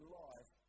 life